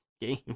game